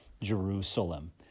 Jerusalem